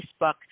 Facebook